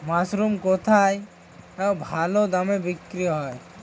Mushroom কেথায় ভালোদামে বিক্রয় হয়?